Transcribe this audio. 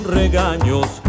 regaños